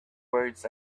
words